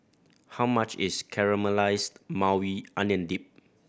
how much is Caramelized Maui Onion Dip